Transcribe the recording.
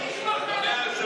אולי מישהו אחר הבטיח?